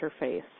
interface